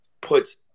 puts